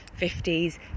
50s